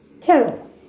Carol